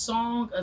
Song